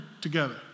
together